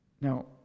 Now